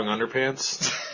underpants